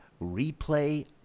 replay